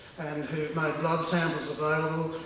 and who made blood samples available,